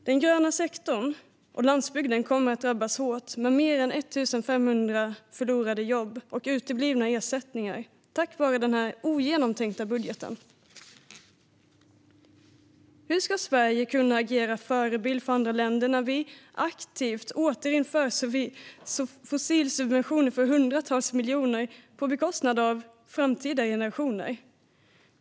Den gröna sektorn och landsbygden kommer att drabbas hårt, med fler än 1 500 förlorade jobb och uteblivna ersättningar på grund av denna ogenomtänkta budget. Hur ska Sverige kunna agera förebild för andra länder när vi aktivt återinför fossilsubventioner för hundratals miljoner på bekostnad av framtida generationer?